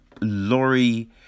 Laurie